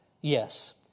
Yes